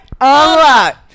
unlock